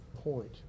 point